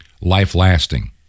life-lasting